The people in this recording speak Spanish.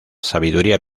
sabiduría